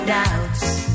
doubts